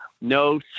no